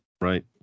right